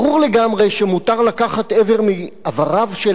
ברור לגמרי שמותר לקחת איבר מאיבריו של